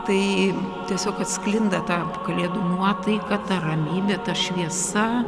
tai tiesiog atsklinda tap kalėdų nuotaika ta ramybė ta šviesa